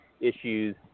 issues